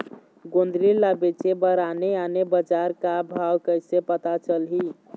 गोंदली ला बेचे बर आने आने बजार का भाव कइसे पता चलही?